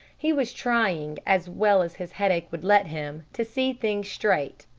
he was trying, as well as his headache would let him, to see things straight.